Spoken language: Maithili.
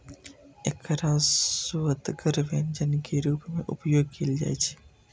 एकरा सुअदगर व्यंजन के रूप मे उपयोग कैल जाइ छै